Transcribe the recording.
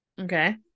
Okay